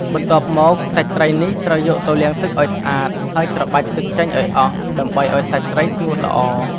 បន្ទាប់មក សាច់ត្រីនេះត្រូវយកទៅលាងទឹកឱ្យស្អាត ហើយច្របាច់ទឹកចេញឱ្យអស់ ដើម្បីឱ្យសាច់ត្រីស្ងួតល្អ។